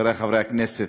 חברי חברי הכנסת,